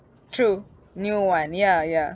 true new [one] ya ya